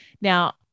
Now